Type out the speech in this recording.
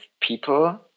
people